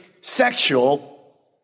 sexual